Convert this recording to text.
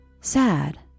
sad